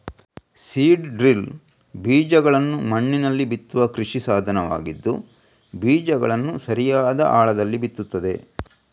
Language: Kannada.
ಸೀಡ್ ಡ್ರಿಲ್ ಬೀಜಗಳನ್ನ ಮಣ್ಣಿನಲ್ಲಿ ಬಿತ್ತುವ ಕೃಷಿ ಸಾಧನವಾಗಿದ್ದು ಬೀಜಗಳನ್ನ ಸರಿಯಾದ ಆಳದಲ್ಲಿ ಬಿತ್ತುತ್ತದೆ